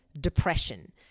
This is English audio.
depression